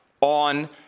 on